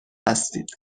هستید